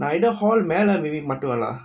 நா:naa either hall மேல:mela maybe மாட்டுவலா:maatuvalaa